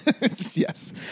yes